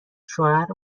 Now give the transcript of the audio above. شوهر